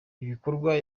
ibikorwa